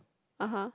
(uh huh)